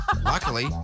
Luckily